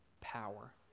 power